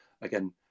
Again